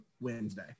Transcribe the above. Wednesday